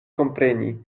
kompreni